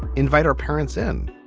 invite our parents in.